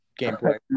gameplay